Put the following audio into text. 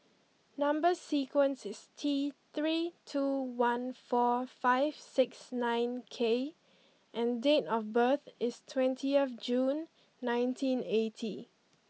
number sequence is T three two one four five six nine K and date of birth is twentieth June nineteen eighty